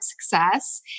success